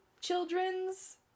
children's